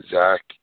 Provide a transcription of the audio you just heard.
Zach